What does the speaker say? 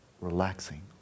Relaxing